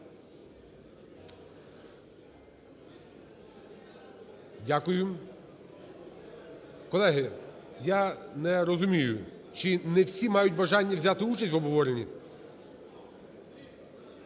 Дякую. Колеги, я не розумію, чи не всі мають бажання взяти участь в обговоренні?